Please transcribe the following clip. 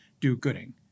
do-gooding